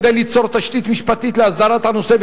כדי ליצור תשתית משפטית להסדרת הנושא,